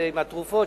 עם התרופות,